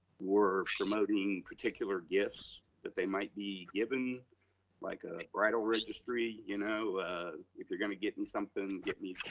were promoting particular gifts that they might be given like a bridal registry. you know if they're gonna get in something, get me,